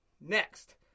Next